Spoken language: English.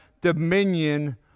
dominion